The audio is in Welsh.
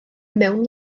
mewn